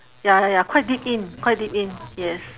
ya ya ya quite deep in quite deep in yes